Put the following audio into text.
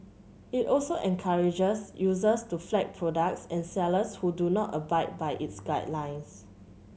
it also encourages users to flag products and sellers who do not abide by its guidelines